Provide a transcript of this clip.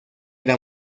era